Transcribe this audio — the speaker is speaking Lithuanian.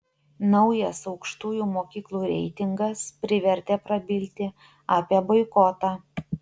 naujas aukštųjų mokyklų reitingas privertė prabilti apie boikotą